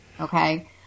Okay